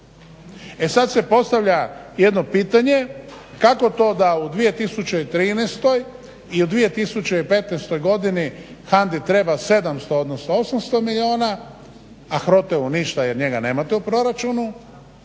E sada se postavlja jedno pitanje, kako to da u 2013. i u 2015. godini HANDA-i treba 700, odnosno 800 milijuna, a HROTE-u ništa jer njega nemate u proračunu,